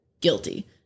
guilty